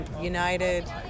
united